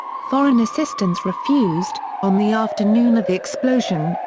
foreign assistance refused on the afternoon of the explosion,